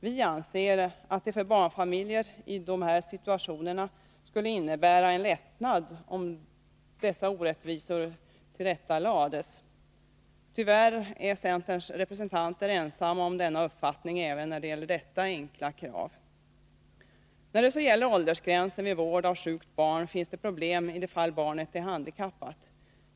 Vi anser att det för barnfamiljer i sådana situationer skulle innebära en lättnad om orättvisorna tillrättalades. Tyvärr är centerns representanter ensamma om sin uppfattning även när det gäller detta enkla krav. När det så gäller åldersgränsen vid vård av sjukt barn finns det problem i de fall då barnet är handikappat.